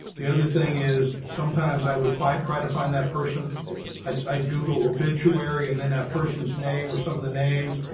the other thing is, sometimes i would find try to find that person i google obituary. and then that person's name or some of the names,